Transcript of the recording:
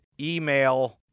email